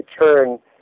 turn